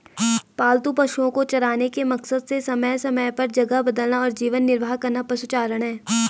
पालतू पशुओ को चराने के मकसद से समय समय पर जगह बदलना और जीवन निर्वाह करना पशुचारण है